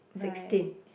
sixteen